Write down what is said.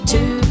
Two